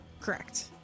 Correct